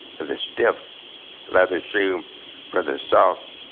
of the stiff leather shoe for the so